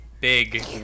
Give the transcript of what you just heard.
big